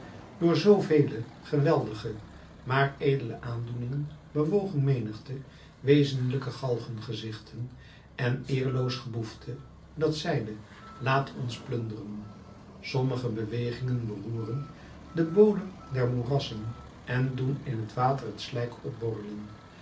door zoovele geweldige maar edele aandoeningen bewogen menigte wezenlijke galgengezichten en eerloos geboefte dat zeide laat ons plunderen sommige bewegingen beroeren den bodem der moerassen en doen in het water het slijk opborrelen